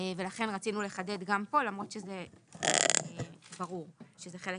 ולכן רצינו לחדד גם פה, למרות שזה ברור שזה חלק